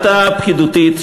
החלטה פקידותית,